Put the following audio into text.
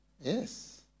Yes